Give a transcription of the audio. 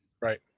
right